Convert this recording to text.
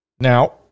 Now